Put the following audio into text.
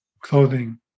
clothing